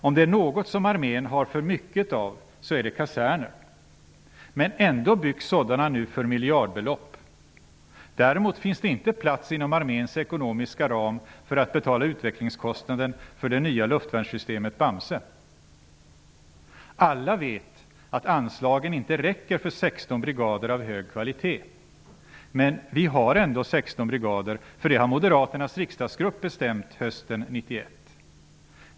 Om det är något som armén har för mycket av så är det kaserner, men ändå byggs sådana nu för miljardbelopp. Däremot finns det inte plats inom arméns ekonomiska ram för att betala utvecklingskostnaden för det nya luftvärnssystemet Bamse. Alla vet att anslagen inte räcker för 16 brigader av hög kvalitet. Men vi har ändå 16 brigader, för det har moderaternas riksdagsgrupp bestämt hösten 1991.